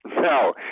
No